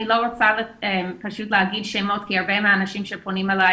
אני לא רוצה להגיד שמות כי הרבה מהאנשים שפונים אליי